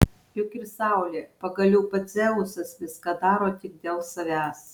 juk ir saulė pagaliau pats dzeusas viską daro tik dėl savęs